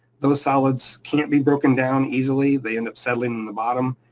those solids can't be broken down easily. they end up settling in the bottom,